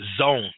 zone